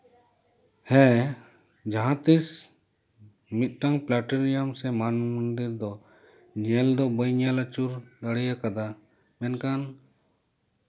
ᱦᱮᱸ ᱡᱟᱦᱟᱸ ᱛᱤᱸᱥ ᱢᱤᱫᱴᱟᱝ ᱯᱞᱟᱴᱮᱨᱤᱭᱟᱢ ᱥᱮ ᱢᱟᱱ ᱢᱚᱱᱫᱤᱨ ᱫᱚ ᱧᱮᱞ ᱫᱚ ᱵᱟᱹᱧ ᱧᱮᱞ ᱟᱹᱪᱩᱨ ᱫᱟᱲᱮ ᱟᱠᱟᱫᱟ ᱢᱮᱱᱠᱷᱟᱱ